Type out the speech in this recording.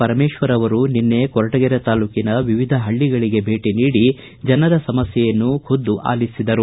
ಪರಮೇಶ್ವರ ಅವರು ನಿನ್ನೆ ಕೊರಟಗೆರೆ ತಾಲೂಕಿನ ವಿವಿಧ ಹಳ್ಳಗಳಿಗೆ ಭೇಟಿ ನೀಡಿ ಜನರ ಸಮಸ್ಥೆಯನ್ನು ಖುದ್ದು ಆಲಿಸಿದರು